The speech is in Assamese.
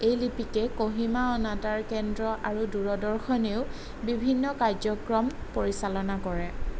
এই লিপিকেই কহিমা অনাতাঁৰ কেন্দ্ৰ আৰু দূৰদৰ্শনেও বিভিন্ন কাৰ্যক্ৰম পৰিচালনা কৰে